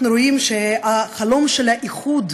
אנחנו רואים שהחלום של האיחוד,